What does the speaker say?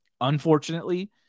Unfortunately